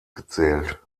gezählt